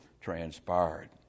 transpired